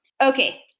Okay